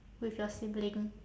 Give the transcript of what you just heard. with your sibling